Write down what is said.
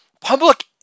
public